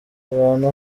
ahantu